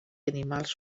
animals